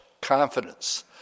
confidence